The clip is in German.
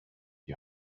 die